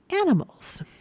animals